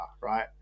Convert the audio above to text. right